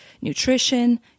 nutrition